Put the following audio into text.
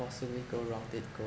possibly go wrong did go